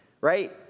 Right